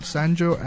Sanjo